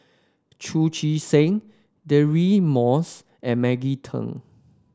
Chu Chee Seng Deirdre Moss and Maggie Teng